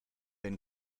den